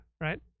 right